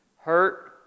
hurt